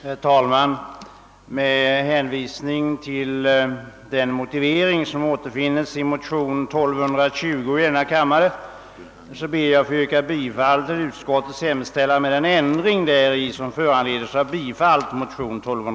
Herr talman! Med hänvisning till vad som amförts i motion II:365 ber jag att få yrka bifall till nämnda motion.